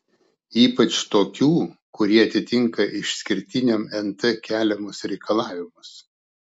ypač tokių kurie atitinka išskirtiniam nt keliamus reikalavimus